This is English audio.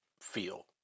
feel